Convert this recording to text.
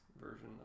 version